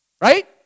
Right